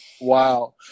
Wow